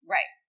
Right